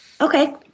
Okay